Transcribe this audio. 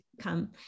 come